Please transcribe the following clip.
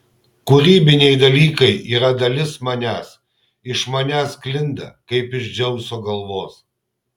kūrybiniai dalykai yra dalis manęs iš manęs sklinda kaip iš dzeuso galvos